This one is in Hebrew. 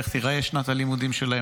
איך תיראה שנת הלימודים שלהם,